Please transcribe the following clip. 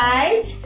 Right